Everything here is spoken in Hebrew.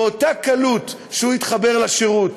באותה קלות שהוא התחבר לשירות,